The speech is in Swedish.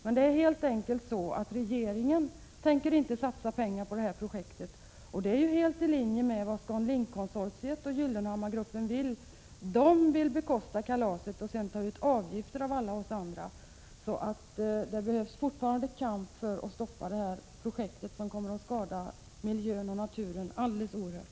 Men det är helt enkelt så att regeringen inte tänker satsa pengar på projektet, och det är helt i linje med vad Scandinavian Link-konsortiet och Gyllenhammargruppen önskar. De vill bekosta kalaset och sedan ta ut avgifter av alla oss andra. Därför behövs det fortfarande kamp för att stoppa detta projekt, som kommer att skada miljön och naturen alldeles oerhört.